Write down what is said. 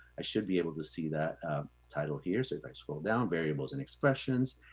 i should be able to see that ah title here. so if i scroll down variables and expressions,